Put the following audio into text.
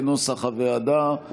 כנוסח הוועדה.